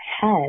head